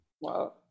Wow